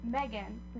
Megan